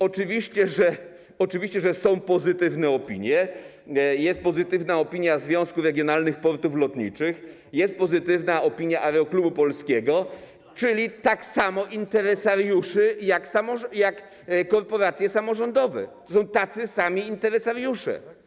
Oczywiście, że są pozytywne opinie, jest pozytywna opinia Związku Regionalnych Portów Lotniczych, jest pozytywna opinia Aeroklubu Polskiego, czyli takich samych interesariuszy jak korporacje samorządowe, to są tacy sami interesariusze.